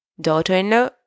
daughter-in-law